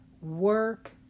work